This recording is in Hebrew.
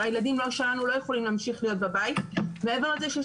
הילדים שלנו לא יכולים להמשיך להיות בבית מעבר לזה שיש